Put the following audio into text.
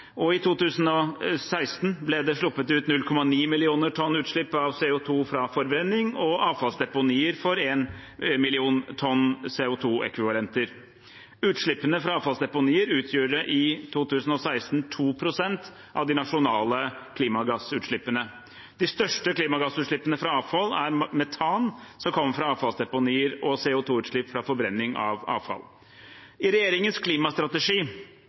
og i 2016 ble det sluppet ut 0,9 mill. tonn CO 2 fra forbrenning, og avfallsdeponier sto for 1 mill. tonn CO 2 -ekvivalenter. Utslippene fra avfallsdeponier utgjorde i 2016 2 pst. av de nasjonale klimagassutslippene. De største klimagassutslippene fra avfall er metan fra avfallsdeponier og CO 2 fra forbrenning av avfall. I regjeringens klimastrategi